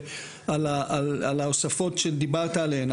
על ההוספות שדיברת עליהן.